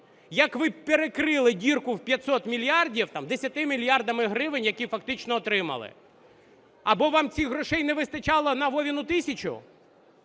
Як ви перекрили дірку в 500 мільярдів там 10 мільярдами гривень, які фактично отримали? Або вам цих грошей не вистачало на Вовину тисячу